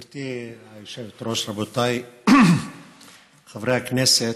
גברתי היושבת-ראש, רבותיי חברי הכנסת,